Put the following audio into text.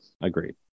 Agreed